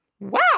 Wow